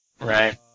right